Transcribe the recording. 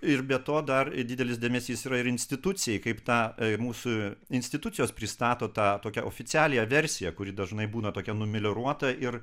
ir be to dar didelis dėmesys yra ir institucijai kaip tą mūsų institucijos pristato tą tokią oficialiąją versiją kuri dažnai būna tokia numelioruota ir